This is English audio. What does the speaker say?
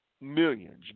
millions